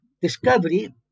discovery